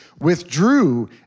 withdrew